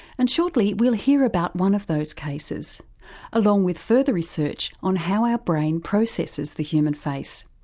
and shortly we'll hear about one of those cases along with further research on how our brain processes the human face.